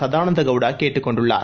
சதானந்த கவுடா கேட்டுக் கொண்டுள்ளார்